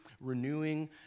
renewing